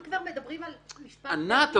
לא, אם כבר מדברים על משפט צבאי,